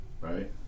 Right